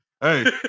hey